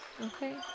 Okay